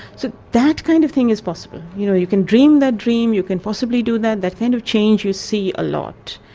so that kind of thing is possible. you know you can dream that dream, you can possibly possibly do that. that kind of change you see a lot.